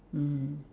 mm